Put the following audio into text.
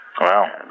Wow